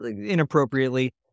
inappropriately